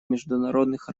международных